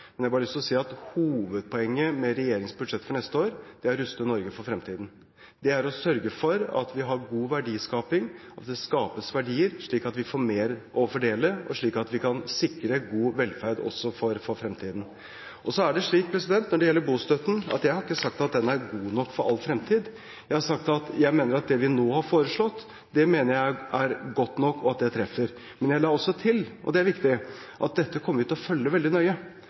Jeg har bare lyst til å si at hovedpoenget med regjeringens budsjett for neste år er å ruste Norge for fremtiden, det er å sørge for at vi har god verdiskaping, at det skapes verdier, slik at vi får mer å fordele, og slik at vi kan sikre god velferd også for fremtiden. Når det gjelder bostøtten, har jeg ikke sagt at den er god nok for all fremtid. Jeg har sagt at jeg mener at det vi nå har foreslått, er godt nok, og at det treffer. Men jeg la også til – og det er viktig – at dette kommer vi til å følge veldig nøye.